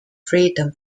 freedom